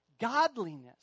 godliness